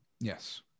Yes